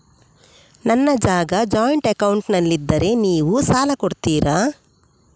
ನನ್ನ ಜಾಗ ಜಾಯಿಂಟ್ ಅಕೌಂಟ್ನಲ್ಲಿದ್ದರೆ ನೀವು ಸಾಲ ಕೊಡ್ತೀರಾ?